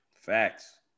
Facts